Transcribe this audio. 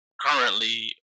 currently